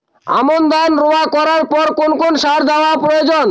আমন ধান রোয়া করার পর কোন কোন সার দেওয়া প্রয়োজন?